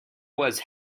was